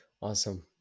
awesome